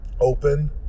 Open